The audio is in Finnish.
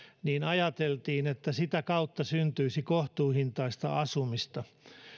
niin ajateltiin että sitä kautta syntyisi kohtuuhintaista asumista